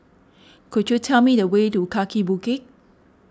could you tell me the way to Kaki Bukit